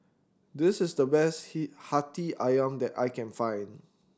this is the best he Hati Ayam that I can find